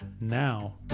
now